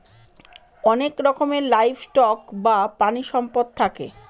অনেক রকমের livestock বা প্রানীসম্পদ থাকে